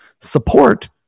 support